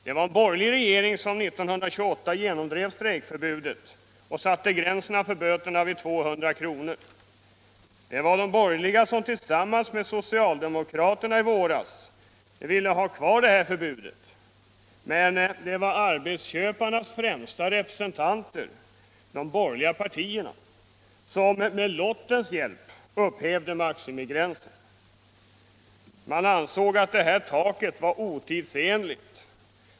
Det var en borgerlig regering som 1928 genomdrev strejkförbudet och satte gränsen för böterna vid 200 kr. Det var de borgerliga som, tillsammans med socialdemokraterna, i våras ville ha kvar det här förbudet, men det var arbetsköparnas främsta representanter — de borgerliga partierna — som med lottens hjälp upphävde maximigränsen. Man ansåg att taket var otidsenligt.